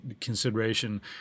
consideration